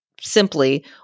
simply